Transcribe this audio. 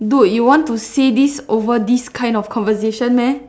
dude you want to say this over this kind of conversation meh